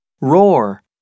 ROAR